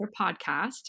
podcast